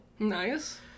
Nice